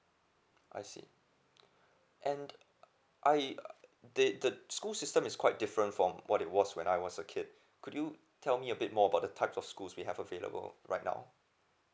I see and I did the school system is quite different from what it was when I was a kid could you tell me a bit more about the types of schools we have available right now